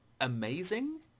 amazing